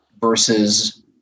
versus